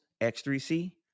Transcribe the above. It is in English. x3c